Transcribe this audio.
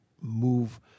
move